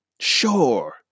Sure